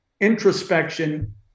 introspection